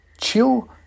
chill